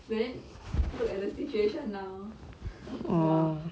but then look at the situation now !wah!